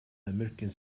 америкийн